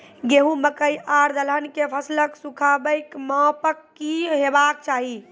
गेहूँ, मकई आर दलहन के फसलक सुखाबैक मापक की हेवाक चाही?